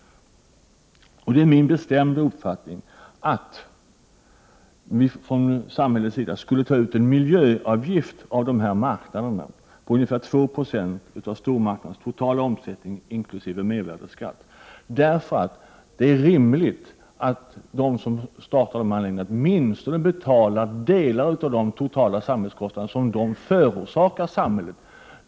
Det är min bestämda uppfattning att vi från samhällets sida skulle ta ut en miljöavgift av dessa marknader på ungefär 2 90 av deras totala omsättning inkl. mervärdeskatt. Det är rimligt att de som driver dessa anläggningar betalar åtminstone delar av de totala samhällsekonomiska kostnader som de förorsakar samhället.